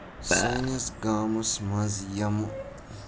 سٲنِس گامَس منٛز یِم